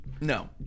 No